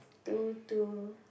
two two